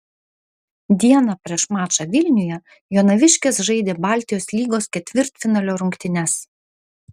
dieną prieš mačą vilniuje jonaviškės žaidė baltijos lygos ketvirtfinalio rungtynes